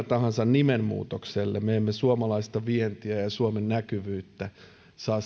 tahansa nimen muutoksella me me emme suomalaista vientiä ja suomen näkyvyyttä saa